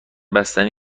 بستنی